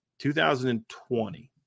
2020